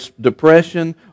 depression